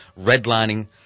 redlining